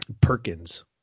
Perkins